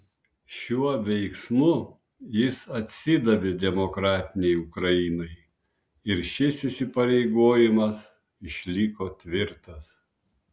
šiuo veiksmu jis atsidavė demokratinei ukrainai ir šis įsipareigojimas išliko tvirtas